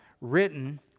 written